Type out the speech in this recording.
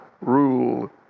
rule